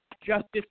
justice